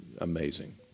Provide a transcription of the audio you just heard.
amazing